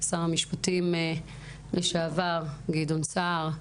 שר המשפטים לשעבר גדעון סער,